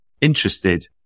interested